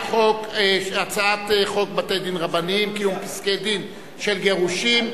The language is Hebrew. הצעת חוק בתי-דין רבניים (קיום פסקי-דין של גירושין)